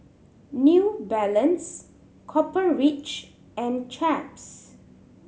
New Balance Copper Ridge and Chaps